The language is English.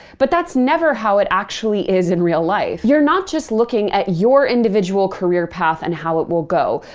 but that's never how it actually is in real life. you're not just looking at your individual career path and how it will go.